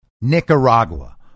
Nicaragua